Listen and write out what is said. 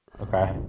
Okay